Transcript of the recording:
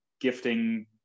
gifting